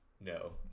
No